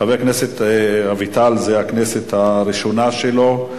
חבר הכנסת אביטל, זאת הכנסת הראשונה שלו.